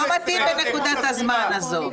לא מתאים בנקודת הזמן הזאת.